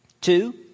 Two